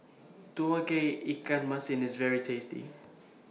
Tauge Ikan Masin IS very tasty